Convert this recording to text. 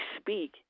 speak